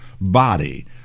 body